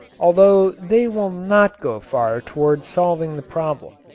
although they will not go far toward solving the problem.